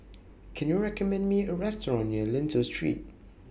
Can YOU recommend Me A Restaurant near Lentor Street